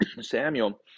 Samuel